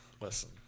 Listen